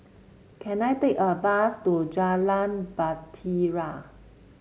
can I take a bus to Jalan Bahtera